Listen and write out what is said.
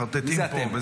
מחרטטים פה,